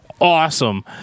awesome